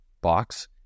box